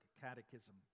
Catechism